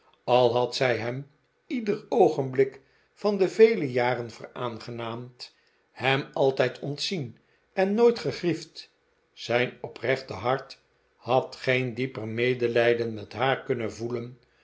al had zij hem ieder oogenblik van de vele jaren veraangenaamd hem altijd ontzien en nooit ge grief d zijn oprechte hart had geen dieper medelijden met haar kunnen voelen